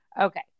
Okay